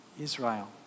Israel